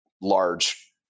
large